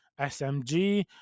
smg